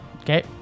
Okay